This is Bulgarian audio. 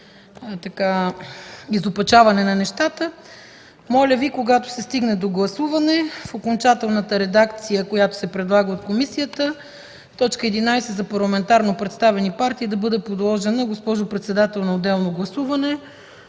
Моля Ви, когато се стигне до гласуване в окончателната редакция, която се предлага от комисията, т. 11 за парламентарно представени партии да бъде подложена, госпожо председател, на отделно гласуване,